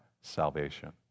salvation